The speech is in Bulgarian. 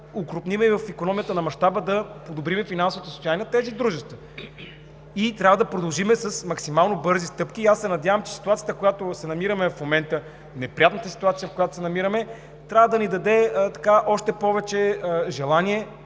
окрупним и в икономията на мащаба да подобрим финансовото състояние на тези дружества. Трябва да продължим с максимално бързи стъпки и аз се надявам, че ситуацията, в която се намираме в момента – неприятната ситуацията, в която се намираме, трябва да ни даде още повече желание